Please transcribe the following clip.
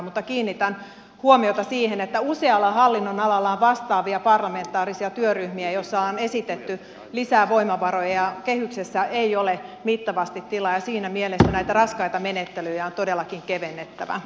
mutta kiinnitän huomiota siihen että usealla hallinnonalalla on vastaavia parlamentaarisia työryhmiä joissa on esitetty lisää voimavaroja ja kehyksessä ei ole mittavasti tilaa ja siinä mielessä näitä raskaita menettelyjä on todellakin kevennettävä